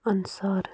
اَنسار